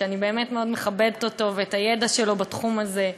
שאני באמת מאוד מכבדת אותו ואת הידע שלו בתחום הזה,